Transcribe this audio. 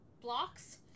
blocks